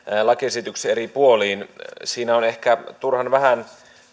lakiesityksen eri puoliin siinä on ehkä turhan vähän